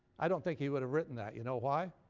i don't think he would've written that. you know why?